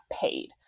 paid